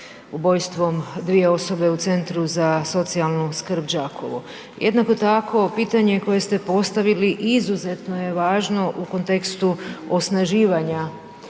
ubojstvom dvije osobe u Centru za socijalnu skrb Đakovo. Jednako tako, pitanje koje ste postavili izuzetno je važno u kontekstu osnaživanja